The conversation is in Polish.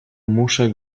muszę